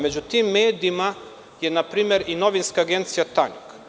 Među tim medijima je i Novinska agencija Tanjug.